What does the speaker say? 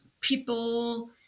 people